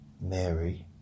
Mary